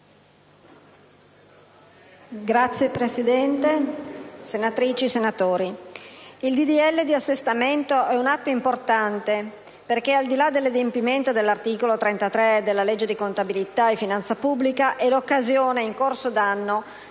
legge di assestamento è un atto importante perché, al di là dell'adempimento dell'articolo 33 della legge n. 196 del 2009 di contabilità e finanza pubblica, è l'occasione in corso d'anno